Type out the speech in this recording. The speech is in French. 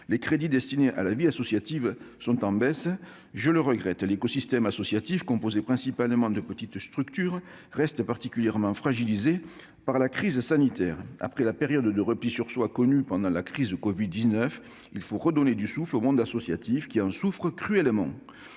les crédits destinés à la vie associative sont en baisse- je le regrette. L'écosystème associatif, composé principalement de petites structures, reste particulièrement fragilisé par la crise sanitaire. Après la période de repli sur soi que nous avons connue pendant la crise de la covid-19, il faut redonner du souffle au monde associatif, qui souffre cruellement.